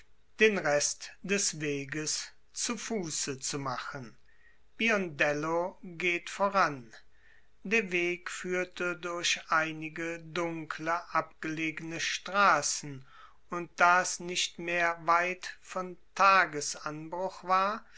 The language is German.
den rest des weges zu fuße zu machen biondello geht voran der weg führte durch einige dunkle abgelegene straßen und da es nicht weit mehr von tagesanbruch war